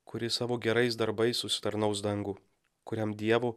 kuris savo gerais darbais užsitarnaus dangų kuriam dievo